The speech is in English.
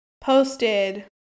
posted